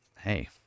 Hey